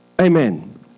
Amen